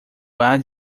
bar